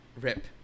Rip